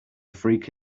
freak